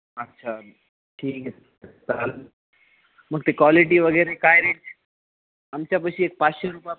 अच्छा ठीक आहे चालेल मग ते क्वालिटी वगैरे काय रेज आमच्यापाशी एक पाचशे रुपया